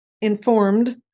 informed